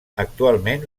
actualment